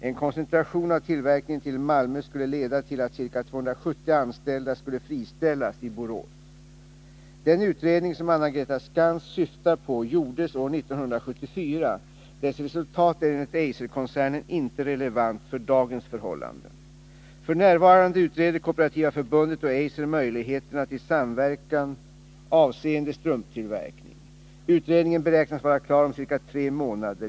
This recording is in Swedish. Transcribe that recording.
En koncentration av tillverkningen till Malmö skulle leda till att ca 270 anställda skulle friställas i Borås. Den utredning som Anna-Greta Skantz syftar på gjordes år 1974. Dess resultat är enligt Eiserkoncernen inte relevant för dagens förhållanden. F.n. utreder Kooperativa förbundet och Eiser möjligheterna till samverkan avseende strumptillverkning. Utredningen beräknas vara klar om ca tre månader.